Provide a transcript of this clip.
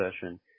session